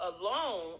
alone